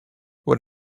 what